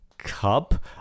Cup